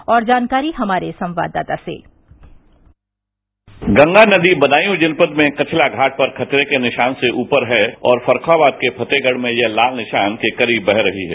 और जानकारी हमारे संवाददाता से गंगा नदी बदायूं जनपद में कचला घाट पर खतरे के निशान से ऊपर है और फर्रुखाबाद के फतेहगढ़ में यह लाल निशान के करीब वह रही है